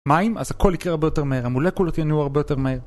מים, אז הכל יקרה הרבה יותר מהר, המולקולות ינועו הרבה יותר מהר